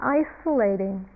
isolating